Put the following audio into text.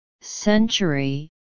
century